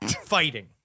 fighting